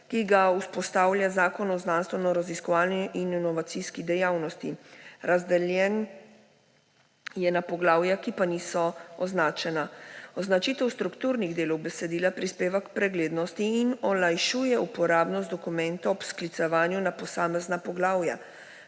ki ga vzpostavlja Zakon o znanstvenoraziskovalni in inovacijski dejavnosti. Razdeljen je na poglavja, ki pa niso označena. Označitev strukturnih delov besedila prispeva k preglednosti in olajšuje uporabnost dokumentov ob sklicevanju na posamezna poglavja,